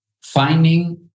finding